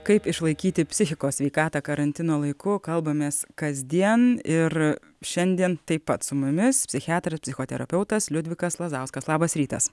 kaip išlaikyti psichikos sveikatą karantino laiku kalbamės kasdien ir šiandien taip pat su mumis psichiatras psichoterapeutas liudvikas lazauskas labas rytas